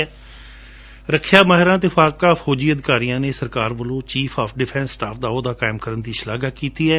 ਰੱਖਿਆ ਮਾਹਿਰਾਂ ਅਤੇ ਸਾਬਕਾ ਫੌਜੀ ਅਧਿਕਾਰੀਆਂ ਨੇ ਸਰਕਾਰ ਵੱਲੋਂ ਚੀਫ ਆਫ ਡਿਫੈਂਸ ਸਟਾਫ ਦਾ ਅਹੁਦਾ ਕਾਇਮ ਕਰਣ ਦੀ ਸ਼ਲਾਘਾ ਕੀਤੀ ਹੈ